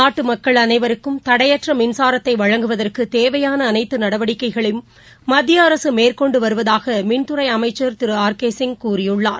நாட்டு மக்கள் அனைவருக்கும் தடையற்ற மின்சாரத்தை வழங்குவதற்கு தேவையான அனைத்து நடவடிக்கைகளும் மத்திய அரசு மேற்கொண்டு வருவதாக மின்துறை அமைச்சர் திரு ஆர் கே சிங் கூறியுள்ளார்